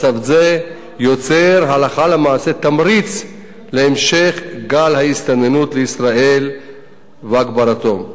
מצב זה יוצר הלכה למעשה תמריץ להמשך גל ההסתננות לישראל והגברתו.